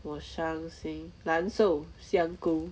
我伤心难受香菇